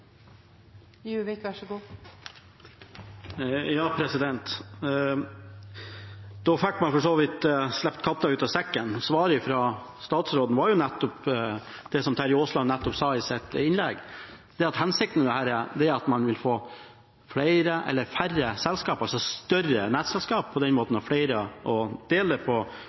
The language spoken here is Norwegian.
man for så vidt sluppet katta ut av sekken. Svaret fra statsråden var jo det som representanten Terje Aasland nettopp sa i sitt innlegg, nemlig at hensikten med dette er at man vil få færre selskaper, altså større nettselskaper, og på den måten ha flere å dele det på,